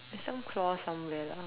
there's some clause somewhere lah